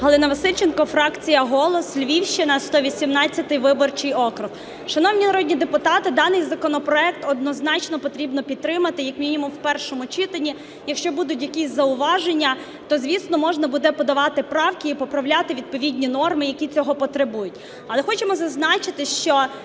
Галина Васильченко, фракція "Голос", Львівщина, 118 виборчий округ. Шановні народні депутати, даний законопроект однозначно треба підтримати як мінімум в першому читанні. Якщо будуть якісь зауваження, то, звісно, можна буде подавати правки і поправляти відповідні норми, які цього потребують. Але хочемо зазначити, що